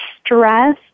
stress